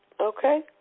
okay